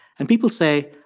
and people say,